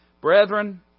Brethren